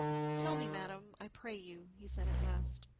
tell me, madam, i pray you, he said at last,